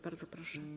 Bardzo proszę.